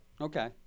Okay